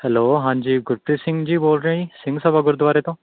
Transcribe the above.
hello ਹਾਂਜੀ ਗੁਰਪ੍ਰੀਤ ਸਿੰਘ ਜੀ ਬੋਲ ਰਹੇ ਜੀ ਸਿੰਘ ਸਭਾ ਗੁਰਦੁਆਰੇ ਤੋਂ